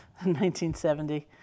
1970